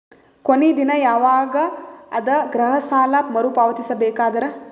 ಕೊನಿ ದಿನ ಯವಾಗ ಅದ ಗೃಹ ಸಾಲ ಮರು ಪಾವತಿಸಬೇಕಾದರ?